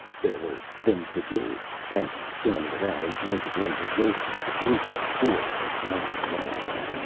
there were things to do, and standing around and drinking in the lotus of the group-rapport was not one of them.